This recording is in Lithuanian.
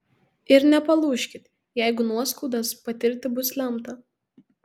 ir nepalūžkit jeigu nuoskaudas patirti bus lemta